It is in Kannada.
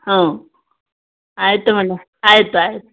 ಹ್ಞೂ ಆಯಿತು ಮೇಡಮ್ ಆಯಿತು ಆಯ್ತು